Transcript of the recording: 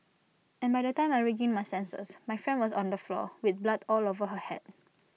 and by the time I regained my senses my friend was on the floor with blood all over her Head